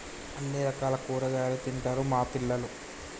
అన్ని రకాల కూరగాయలు తింటారు మా పిల్లలు